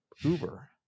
Uber